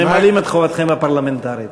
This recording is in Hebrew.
ממלאים את חובתכם הפרלמנטרית.